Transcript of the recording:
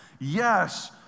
yes